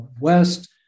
West